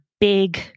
big